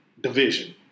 division